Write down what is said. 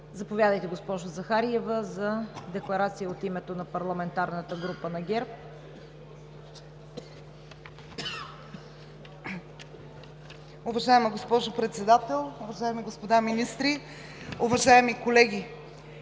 Заповядайте, госпожо Захариева, за декларация от името на парламентарната група на ГЕРБ. ГАЛЯ ЗАХАРИЕВА (ГЕРБ): Уважаема госпожо Председател, уважаеми господа министри, уважаеми колеги!